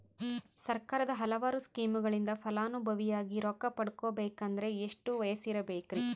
ಸರ್ಕಾರದ ಹಲವಾರು ಸ್ಕೇಮುಗಳಿಂದ ಫಲಾನುಭವಿಯಾಗಿ ರೊಕ್ಕ ಪಡಕೊಬೇಕಂದರೆ ಎಷ್ಟು ವಯಸ್ಸಿರಬೇಕ್ರಿ?